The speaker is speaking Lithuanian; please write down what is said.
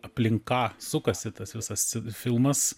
aplink ką sukasi tas visas filmas